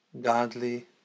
godly